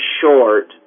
short